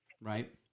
Right